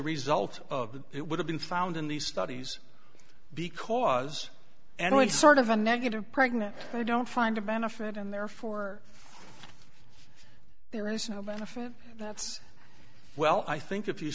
result of that it would have been found in these studies because every sort of a negative pregnant i don't find a benefit and they're for there is a benefit that's well i think if you